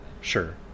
Sure